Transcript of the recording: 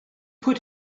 put